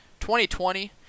2020